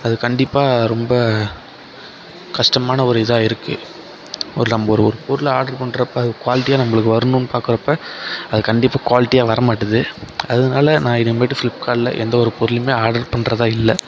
அது கண்டிப்பாக ரொம்ப கஷ்டமான ஒரு இதாக இருக்கு ஒரு நம்ப ஒரு பொருளை ஆர்டர் பண்றப்போ அது குவாலிட்டியாக நம்பளுக்கு வரணும் பாக்குறப்போ அது கண்டிப்பாக குவாலிட்டியாக வர மாட்டுது அதனால நான் இனிமேட்டுக்கு ஃபிளிப்கார்டில் எந்த ஒரு பொருளுமே ஆர்டர் பண்ணுறதா இல்லை